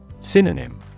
Synonym